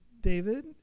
David